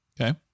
Okay